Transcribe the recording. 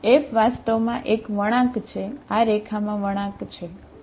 F વાસ્તવમાં એક વળાંક છે આ રેખામાં વળાંક છે બરાબર